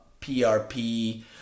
PRP